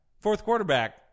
Fourth-quarterback